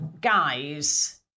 guys